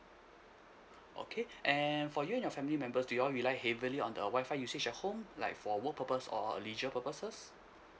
okay and for you and your family members do you all rely heavily on the wi-fi usage at home like for work purpose or leisure purposes